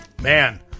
Man